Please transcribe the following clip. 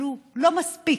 אבל הוא לא מספיק.